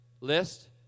list